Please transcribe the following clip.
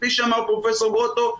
כפי שאמר פרופ' גרוטו,